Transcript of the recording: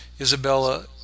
Isabella